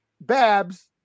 babs